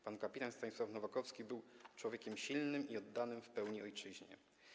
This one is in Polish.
Pan kpt. Stanisław Nowakowski był człowiekiem silnym i oddanym w pełni ojczyźnie.